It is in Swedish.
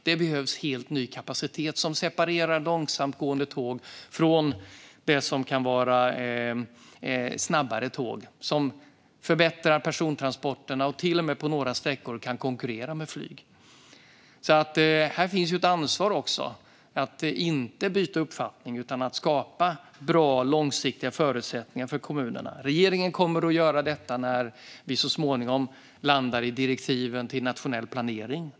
Det behövs helt ny kapacitet som separerar långsamtgående tåg från det som kan vara snabbare tåg, som förbättrar persontransporterna och som på några sträckor till och med kan konkurrera med flyg. Här finns också ett ansvar att inte byta uppfattning utan skapa bra långsiktiga förutsättningar för kommunerna. Regeringen kommer att göra detta när vi så småningom landar i direktiven till nationell planering.